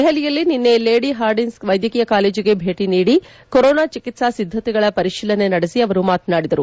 ದೆಹಲಿಯಲ್ಲಿ ನಿನ್ತೆ lady Hardinge ವೈದ್ಯಕೀಯ ಕಾಲೇಜಿಗೆ ಭೇಟಿ ನೀಡಿ ಕೊರೋನಾ ಚಿಕಿತ್ಪಾ ಸಿದ್ದತೆಗಳ ಪರಿಶೀಲನೆ ನಡೆಸಿ ಅವರು ಮಾತನಾಡಿದರು